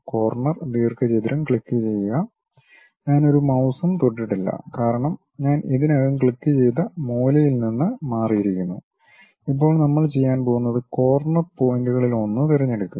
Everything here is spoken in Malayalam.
കോർണർ ദീർഘചതുരം ക്ലിക്കുചെയ്യുക ഞാൻ ഒരു മൌസും തൊട്ടിട്ടില്ല കാരണം ഞാൻ ഇതിനകം ക്ലിക്കുചെയ്ത മൂലയിൽ നിന്ന് മാറിയിരിക്കുന്നു ഇപ്പോൾ നമ്മൾ ചെയ്യാൻ പോകുന്നത് കോർണർ പോയിന്റുകളിലൊന്ന് തിരഞ്ഞെടുക്കുക